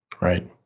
Right